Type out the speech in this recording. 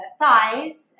thighs